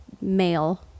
male